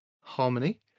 harmony